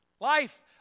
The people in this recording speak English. Life